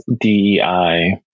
DEI